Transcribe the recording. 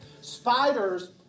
Spiders